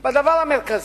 בדבר המרכזי,